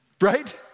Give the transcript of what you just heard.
right